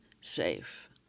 safe